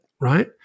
right